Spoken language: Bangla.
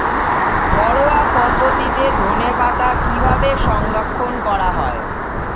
ঘরোয়া পদ্ধতিতে ধনেপাতা কিভাবে সংরক্ষণ করা হয়?